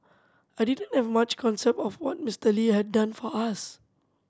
I didn't have much concept of what Mister Lee had done for us